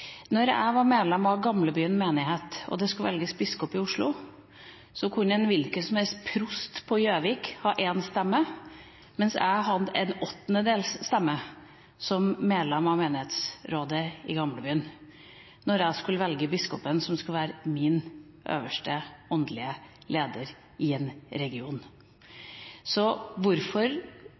jeg var medlem av Gamlebyen menighet og det skulle velges biskop i Oslo, kunne en hvilken som helst prost på Gjøvik ha én stemme, mens jeg som medlem av menighetsrådet i Gamlebyen hadde en åttendedels stemme når jeg skulle velge biskopen som skulle være min øverste åndelige leder i en region. Hvorfor